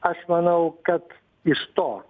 aš manau kad iš to